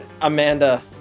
Amanda